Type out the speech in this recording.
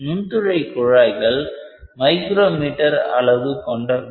நுண்துளை குழாய்கள் micro metre அளவு கொண்டவை